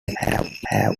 have